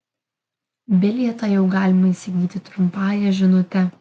bilietą jau galima įsigyti trumpąja žinute